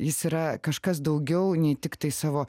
jis yra kažkas daugiau nei tiktai savo